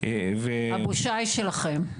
-- הבושה היא שלכם.